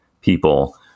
people